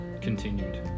continued